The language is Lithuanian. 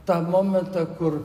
tą momentą kur